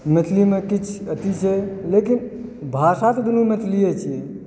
मैथिलीमे किछु अथी छै लेकिन भाषा तऽ दूनू मैथलियए छियै